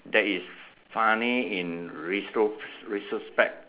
that is funny in retro retrospect